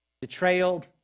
Betrayal